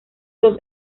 dos